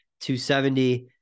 270